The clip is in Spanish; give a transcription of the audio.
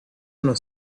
nos